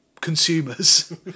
consumers